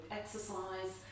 exercise